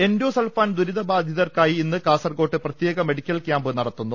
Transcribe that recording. endosulfan ദൂരിത ബാധിതർക്കായി ഇന്ന് കാസർകോട്ട് പ്രത്യേക മെഡിക്കൽ ക്യാംപ് നടത്തും